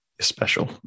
Special